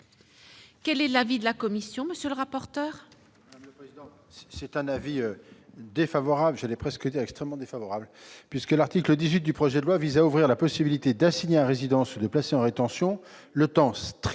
Quel est l'avis de la commission ?